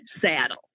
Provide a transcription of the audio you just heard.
saddle